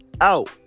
Out